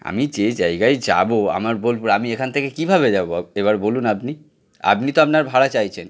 আমি যে জায়গায় যাব আমার বোলপুর আমি এখান থেকে কীভাবে যাব এবার বলুন আপনি আপনি তো আপনার ভাড়া চাইছেন